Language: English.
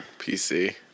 PC